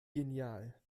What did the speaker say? genial